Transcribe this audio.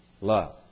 Love